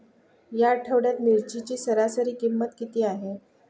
या आठवड्यात मिरचीची सरासरी किंमत किती आहे?